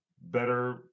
better